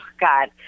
god